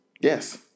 Yes